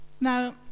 now